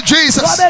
Jesus